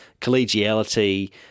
collegiality